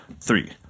three